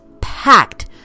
packed